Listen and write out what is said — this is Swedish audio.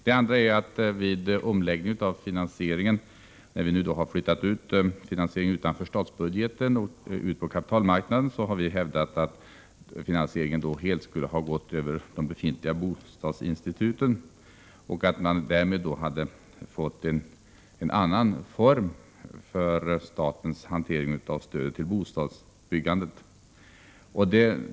Det andra skälet är att när man nu vid omläggningen av finansieringen har flyttat denna utanför statsbudgeten till kapitalmarknaden skulle, hävdar vi, finansieringen helt ha gått över de befintliga bostadsinstituten. Därmed hade man fått en annan form för statens hantering av stödet till bostadsbyggandet.